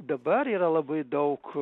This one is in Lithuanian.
dabar yra labai daug